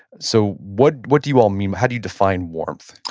so what what do you all mean? how do you define warmth?